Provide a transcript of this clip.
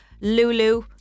Lulu